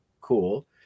Cool